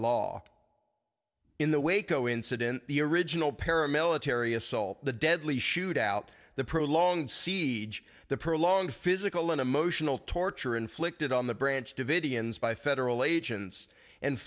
law in the waco incident the original paramilitary assault the deadly shootout the prolonged sieg the prolonged physical and emotional torture inflicted on the branch davidian by federal a